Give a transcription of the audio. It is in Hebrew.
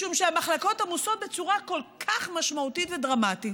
משום שהמחלקות עמוסות בצורה כל כך משמעותית ודרמטית.